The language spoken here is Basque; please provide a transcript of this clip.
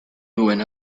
duen